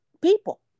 people